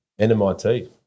NMIT